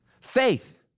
faith